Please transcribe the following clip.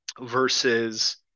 versus